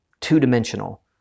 two-dimensional